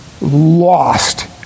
lost